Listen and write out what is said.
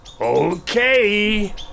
Okay